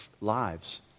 lives